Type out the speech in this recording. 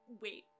Wait